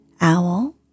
Owl